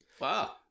wow